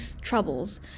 troubles